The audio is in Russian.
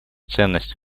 ценность